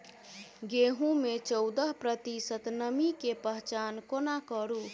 गेंहूँ मे चौदह प्रतिशत नमी केँ पहचान कोना करू?